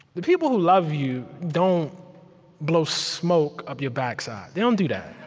the people who love you don't blow smoke up your backside. they don't do that.